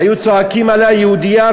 היו צועקים עליה: יהודייה,